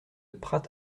prat